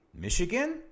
Michigan